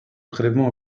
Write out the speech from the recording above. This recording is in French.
prélèvements